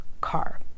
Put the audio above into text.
car